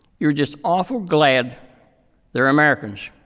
you're just awful glad they're americans.